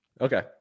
Okay